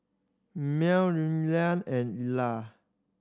Mell Leyla and Ila